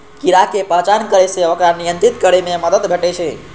कीड़ा के पहचान करै सं ओकरा नियंत्रित करै मे मदति भेटै छै